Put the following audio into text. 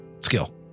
skill